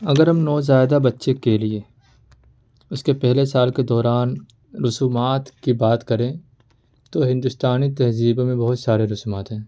اگر ہم نوزائیدہ بچے کے لیے اس کے پہلے سال کے دوران رسومات کی بات کریں تو ہندوستانی تہذیبوں میں بہت سارے رسومات ہیں